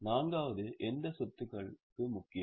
நான்காவது எந்த சொத்துக்களுக்கு முக்கியம்